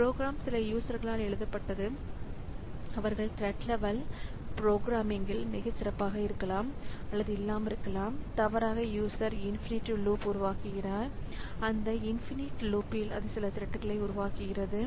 program சில யூசர்களால் எழுதப்பட்டது அவர்கள் த்ரெட் லெவல் ப்ரோக்ராமிங்கில் மிகச் சிறப்பாக இருக்கலாம் அல்லது இல்லாமலிருக்கலாம் தவறாக யூசர் இன்பினிட் லுப் உருவாக்குகிறார் அந்த இன்பினிட் லுபில் அது சில த்ரெட்களை உருவாக்குகிறது